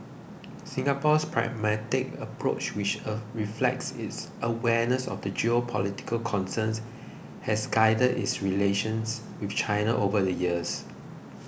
Singapore's pragmatic approach which a reflects its awareness of the geopolitical concerns has guided its relations with China over the years